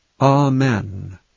Amen